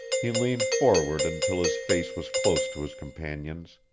he leaned forward until his face was close to his companion's.